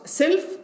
self